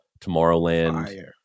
Tomorrowland